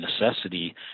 necessity